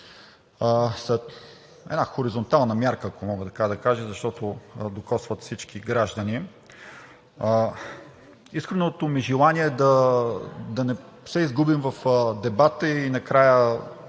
са една хоризонтална мярка, защото докосват всички граждани. Искреното ми желание е да не се изгубим в дебата и накрая